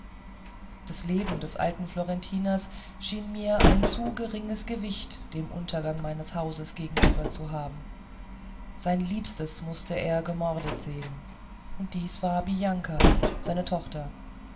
das leben des alten florentiners schien mir ein zu geringes gewicht dem untergang meines hauses gegenüber zu haben sein liebstes mußte er gemordet sehen und dies war bianka seine tochter